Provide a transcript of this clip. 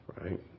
right